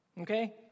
Okay